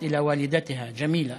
על רצח הילדה יארא איוב בת ה-16 מכפר גִ'ש.